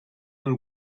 and